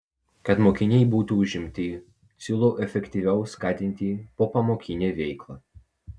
kad mokiniai būtų užimti siūlau efektyviau skatinti popamokinę veiklą